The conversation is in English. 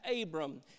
Abram